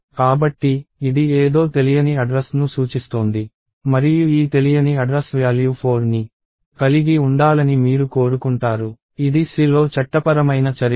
కాబట్టి ఇది ఏదో తెలియని అడ్రస్ ను సూచిస్తోంది మరియు ఈ తెలియని అడ్రస్ వ్యాల్యూ 4ని కలిగి ఉండాలని మీరు కోరుకుంటారు ఇది C లో చట్టపరమైన చర్య కాదు